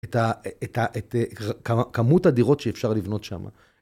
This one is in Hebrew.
את כמות הדירות שאפשר לבנות שם.